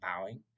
bowing